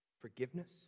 forgiveness